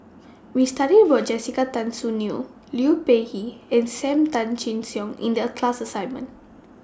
We studied about Jessica Tan Soon Neo Liu Peihe and SAM Tan Chin Siong in The class assignment